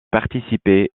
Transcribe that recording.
participer